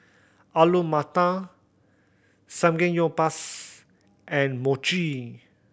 Alu Matar Samgeyopsal and Mochi